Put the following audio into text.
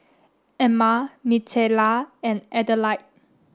Emile Micaela and Adelaide